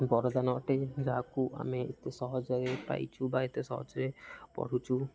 ବରଦାନ ଅଟେ ଯାହାକୁ ଆମେ ଏତେ ସହଜରେ ପାଇଛୁ ବା ଏତେ ସହଜରେ ପଢ଼ୁଛୁ